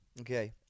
Okay